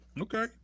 okay